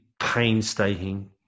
painstaking